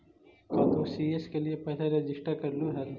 का तू सी.एस के लिए पहले रजिस्टर करलू हल